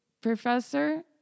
professor